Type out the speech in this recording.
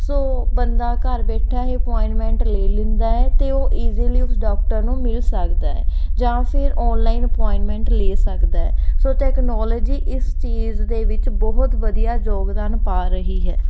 ਸੋ ਬੰਦਾ ਘਰ ਬੈਠਾ ਇਹ ਅਪੁਆਇੰਟਮੈਂਟ ਲੈ ਲੈਂਦਾ ਹੈ ਅਤੇ ਉਹ ਇਜ਼ੀਲੀ ਉਸ ਡਾਕਟਰਾਂ ਨੂੰ ਮਿਲ ਸਕਦਾ ਜਾਂ ਫਿਰ ਔਨਲਾਈਨ ਅਪੁਆਇੰਟਮੈਂਟ ਲੈ ਸਕਦਾ ਸੋ ਟੈਕਨੋਲਜੀ ਇਸ ਚੀਜ਼ ਦੇ ਵਿੱਚ ਬਹੁਤ ਵਧੀਆ ਯੋਗਦਾਨ ਪਾ ਰਹੀ ਹੈ